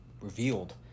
revealed